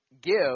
Give